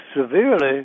severely